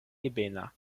ebena